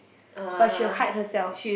but she will hide herself